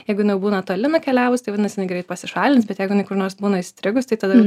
jeigu jinai jau būna toli nukeliavus tai vadinasi ji greit pasišalins bet jeigu jinai kur nors būna įstrigus tai tada